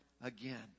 again